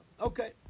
Okay